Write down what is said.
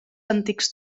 antics